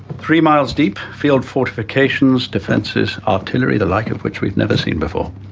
three miles deep, field fortifications, defenses, artillery, the like of which we've never seen before.